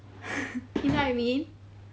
you know what I mean